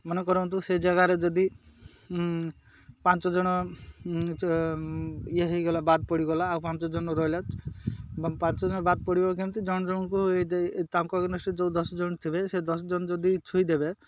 ମାନେ କରନ୍ତୁ ସେ ଜାଗାରେ ଯଦି ପାଞ୍ଚ ଜଣ ଇଏ ହେଇଗଲା ବାଦ ପଡ଼ିଗଲା ଆଉ ପାଞ୍ଚ ଜଣ ରହିଲା ପାଞ୍ଚ ଜଣ ବାଦ ପଡ଼ିବ କେମିତି ଜଣେ ଜଣଙ୍କୁ ଏଇ ତାଙ୍କ ଏଗ୍ନେଷ୍ଟ୍ରେ ଯେଉଁ ଦଶ ଜଣ ଥିବେ ସେ ଦଶ ଜଣ ଯଦି ଛୁଇଁଦେବେ